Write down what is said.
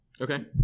Okay